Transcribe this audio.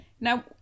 Now